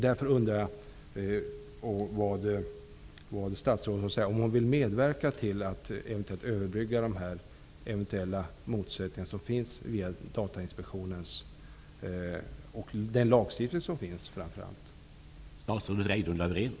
Därför undrar jag om statsrådet vill medverka till att eventuella motsättningar kan överbryggas via Datainspektionen och, framför allt, genom den lagstiftning som finns.